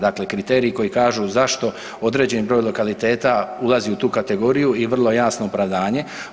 Dakle, kriteriji koji kažu zašto određeni broj lokaliteta ulazi u tu kategoriju i vrlo jasno opravdanje.